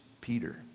Peter